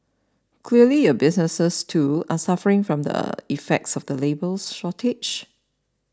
clearly your businesses too are suffering from the effects of the labour's shortage